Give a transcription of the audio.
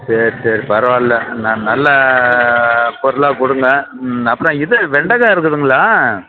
சரி சரி பரவாயில்லை நல்ல பொருளாக கொடுங்க ம் அப்புறம் இது வெண்டைக்கா இருக்குதுங்களா